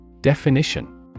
Definition